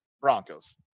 Broncos